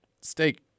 steak